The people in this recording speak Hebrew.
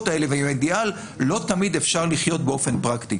האלה ועם האידיאל לא תמיד אפשר לחיות באופן פרקטי.